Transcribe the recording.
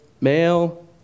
male